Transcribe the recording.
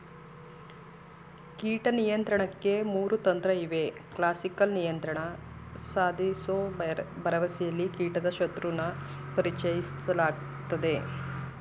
ಕೀಟ ನಿಯಂತ್ರಣಕ್ಕೆ ಮೂರು ತಂತ್ರಇವೆ ಕ್ಲಾಸಿಕಲ್ ನಿಯಂತ್ರಣ ಸಾಧಿಸೋ ಭರವಸೆಲಿ ಕೀಟದ ಶತ್ರುನ ಪರಿಚಯಿಸಲಾಗ್ತದೆ